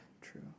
true